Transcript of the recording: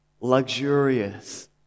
luxurious